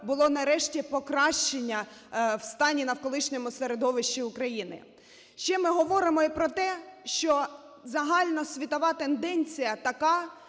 було нарешті покращання в стані навколишнього середовища України. Ще ми говоримо і про те, що загальна світова тенденція така,